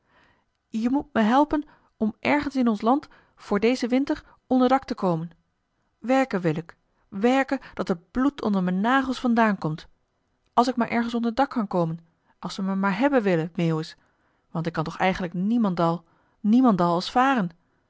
je moet me helpen om ergens in ons land voor dezen winter onder joh h been paddeltje de scheepsjongen van michiel de ruijter dak te komen werken wil ik werken dat het bloed onder m'n nagels vandaan komt als ik maar ergens onder dak kan komen als ze me maar hebben willen meeuwis want ik kan toch eigenlijk niemendal niemendal als varen